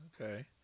Okay